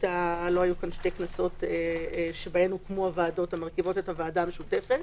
לא היו כאן שתי כנסות שבהן הוקמו הוועדות המרכיבות את הוועדה המשותפת.